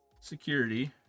security